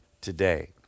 today